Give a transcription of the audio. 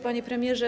Panie Premierze!